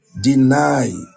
Deny